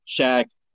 Shaq